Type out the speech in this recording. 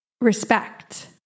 respect